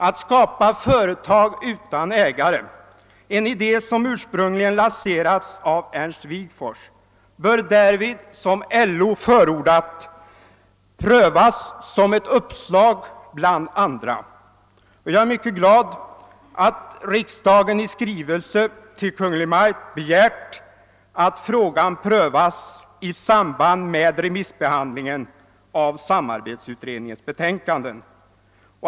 Att skapa företag utan ägare — en idé som ursprungligen lanserades av Ernst Wigforss — bör därvid, som LO förordat, prövas såsom ett uppslag bland andra. Jag är mycket glad att riksdagen i skrivelse till Kungl. Maj:t begärt att frågan prövas i samband med remissbehandlingen av samarbetsutredningens betänkande.